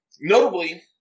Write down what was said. Notably